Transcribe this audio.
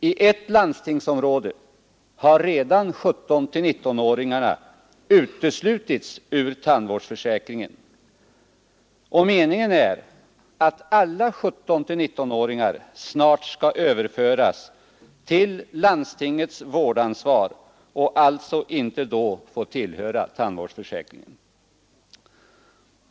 I ett landstingsområde har redan 17—19-åringarna uteslutits ur tandvårdsförsäkringen, och meningen är att alla 17—19 åringar snart skall överföras till landstingets vårdansvar och alltså inte då få tillhöra tandvårdsförsäkringen.